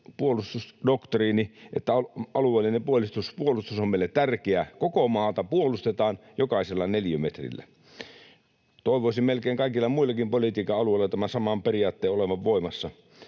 puolustusdoktriinista, että alueellinen puolustus on meille tärkeä, koko maata puolustetaan jokaisella neliömetrillä. Toivoisin melkein kaikilla muillakin politiikan alueilla tämän saman periaatteen olevan voimassa.